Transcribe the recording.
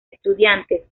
estudiantes